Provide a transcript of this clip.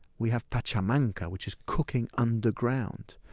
we have pachamanca, which is cooking underground.